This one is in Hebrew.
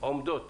עומדות